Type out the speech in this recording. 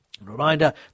Reminder